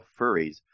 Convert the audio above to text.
furries